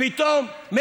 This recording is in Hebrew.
אבל לא רק בעניין הזה.